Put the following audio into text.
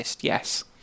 yes